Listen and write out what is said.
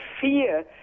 fear